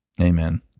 Amen